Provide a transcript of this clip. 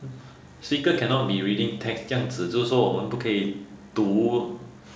speaker cannot be reading text 这样子就是说我们不可以读 ah